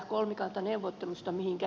mihinkä johtavatkaan